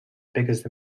biggest